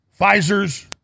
Pfizer's